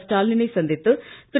ஸ்டாலினை சந்தித்து திரு